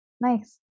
nice